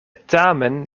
tamen